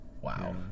wow